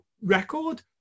record